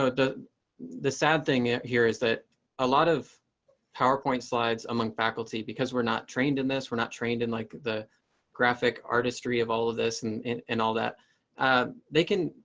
ah the the sad thing here is that a lot of powerpoint slides among faculty because we're not trained in this. we're not trained in like the graphic artistry of all of this and and all that ah they can.